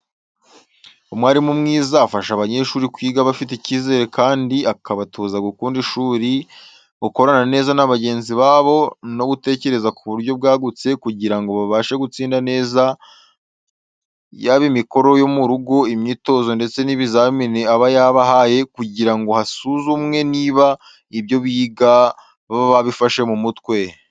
Umwarimu mwiza afasha abanyeshuri kwiga bafite icyizere kandi akabatoza gukunda ishuri, gukorana neza na bagenzi babo no gutekereza ku buryo bwagutse kugira ngo babashe gutsinda neza yaba imikoro yo mu rugo, imyitozo ndetse n'ibizamini aba yabahaye kugira ngo hasuzumwe niba ibyo biga baba babifashe mu mutwe.